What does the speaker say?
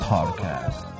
Podcast